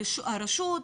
הרשות,